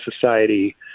society